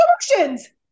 solutions